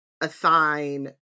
assign